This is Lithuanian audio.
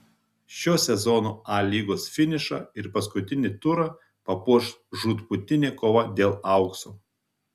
šio sezono a lygos finišą ir paskutinį turą papuoš žūtbūtinė kova dėl aukso